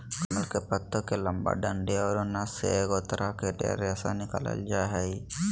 कमल के पत्तो के लंबा डंडि औरो नस से एगो तरह के रेशा निकालल जा हइ